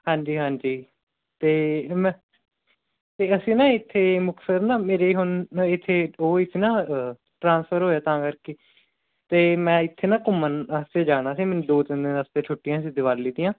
ਹਾਂਜੀ ਹਾਂਜੀ ਅਤੇ ਮੈਂ ਅਤੇ ਅਸੀਂ ਨਾ ਇੱਥੇ ਮੁਕਤਸਰ ਨਾ ਮੇਰੇ ਹੁਣ ਇੱਥੇ ਉਹ ਹੋਈ ਸੀ ਨਾ ਟ੍ਰਾਂਸਫਰ ਹੋਇਆ ਤਾਂ ਕਰਕੇ ਅਤੇ ਮੈਂ ਇੱਥੇ ਨਾ ਘੁੰਮਣ ਵਾਸਤੇ ਜਾਣਾ ਸੀ ਮੈਨੂੰ ਦੋ ਤਿੰਨ ਵਾਸਤੇ ਛੁੱਟੀਆਂ ਸੀ ਦੀਵਾਲੀ ਦੀਆਂ